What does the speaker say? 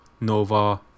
Nova